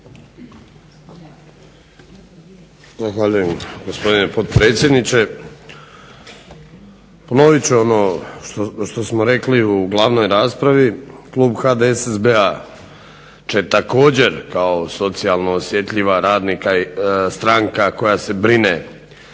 Zahvaljujem gospodine potpredsjedniče. Ponovit ću ono što smo rekli u glavnoj raspravi, Klub HDSSB-a će također kao socijalno osjetljiva stranka koja se brine